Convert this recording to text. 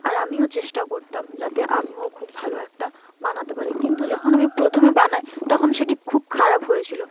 আর আমিও চেষ্টা করতাম যাতে আমিও খুব ভালো একটা বানাতে পারি কিন্তু যখন আমি প্রথমে বানাই তখন সেটি খুব খারাপ হয়েছিল